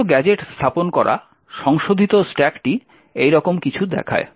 সমস্ত গ্যাজেট স্থাপন করা সংশোধিত স্ট্যাকটি এইরকম কিছু দেখায়